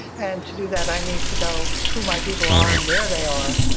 and to do that i need to know who my people are and where they are'.